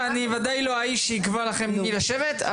ואני בוודאי לא האיש שייקבע לכם עם מי לשבת.